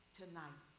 tonight